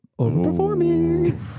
Overperforming